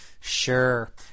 Sure